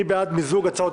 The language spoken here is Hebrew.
מי בעד מיזוג הצעות